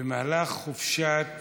במהלך חופשת